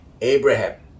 abraham